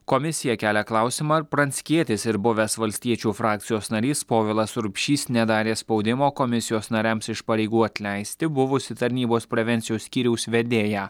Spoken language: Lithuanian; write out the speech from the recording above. komisija kelia klausimą ar pranckietis ir buvęs valstiečių frakcijos narys povilas urbšys nedarė spaudimo komisijos nariams iš pareigų atleisti buvusį tarnybos prevencijos skyriaus vedėją